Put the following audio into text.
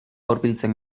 hurbiltzen